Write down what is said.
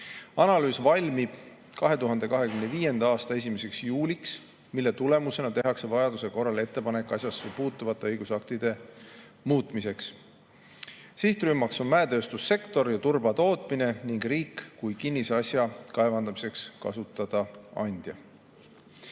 Analüüs valmib 2025. aasta 1. juuliks. Selle tulemusena tehakse vajaduse korral ettepanek asjasse puutuvate õigusaktide muutmiseks. Sihtrühmad on mäetööstussektor ja turbatootmine ning riik kui kinnisasja kaevandamiseks kasutada andja.